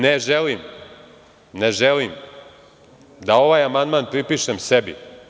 Ne želim da ovaj amandman pripišem sebi.